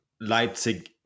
Leipzig